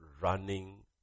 running